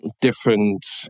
different